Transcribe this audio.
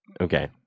Okay